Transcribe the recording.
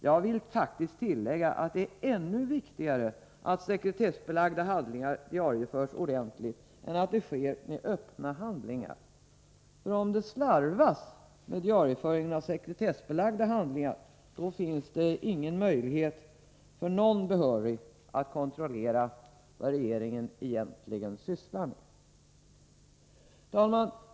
Jag vill faktiskt tillägga att det är ännu viktigare att sekretessbelagda handlingar diarieförs ordentligt än att det sker med öppna handlingar. Om det slarvas med diarieföringen av sekretessbelagda handlingar, finns det ingen möjlighet för någon behörig att kontrollera vad regeringen egentligen sysslar med. Fru talman!